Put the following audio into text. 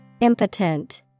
Impotent